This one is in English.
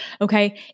okay